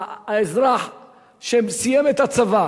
האזרח שסיים את הצבא,